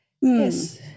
yes